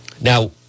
Now